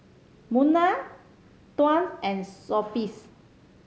Munah Tuah and Sofea